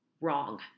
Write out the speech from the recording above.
wrong